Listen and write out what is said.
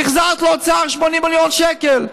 החזרת לאוצר 80 מיליון שקל.